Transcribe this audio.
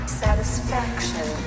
satisfaction